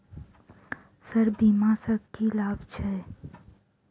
Sir बीमा सँ की लाभ छैय?